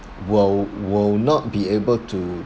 will will not be able to